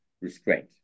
restraint